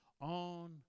on